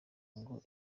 ngo